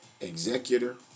executor